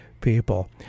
people